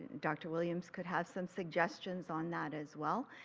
dr williams could have some suggestions on that as well.